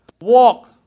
Walk